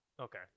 Okay